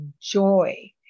joy